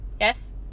yes